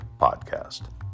podcast